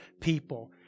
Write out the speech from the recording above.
people